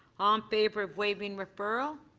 um favor of waiving referral.